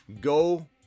Go